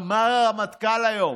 אמר הרמטכ"ל היום: